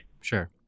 Sure